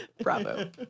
Bravo